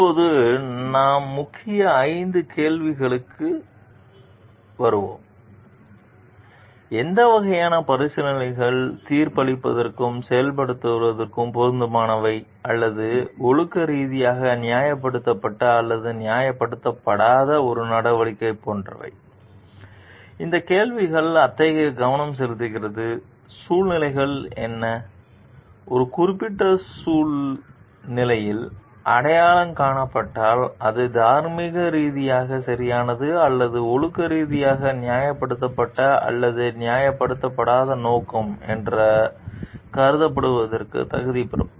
இப்போது நாம் முக்கிய கேள்வி 5 க்கு வருவோம் எந்த வகையான பரிசீலனைகள் தீர்ப்பளிப்பதற்கும் செயல்படுவதற்கும் பொருத்தமானவை அல்லது ஒழுக்க ரீதியாக நியாயப்படுத்தப்பட்ட அல்லது நியாயப்படுத்தப்படாத ஒரு நடவடிக்கை போன்றவை இந்த கேள்வி அத்தகைய கவனம் செலுத்துகிறது சூழ்நிலைகள் என்ன ஒரு குறிப்பிட்ட சூழ்நிலையில் அடையாளம் காணப்பட்டால் அது தார்மீக ரீதியாக சரியானது அல்லது ஒழுக்க ரீதியாக நியாயப்படுத்தப்பட்ட அல்லது நியாயப்படுத்தப்படாத நோக்கம் என்று கருதப்படுவதற்கு தகுதி பெறும்